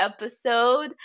episode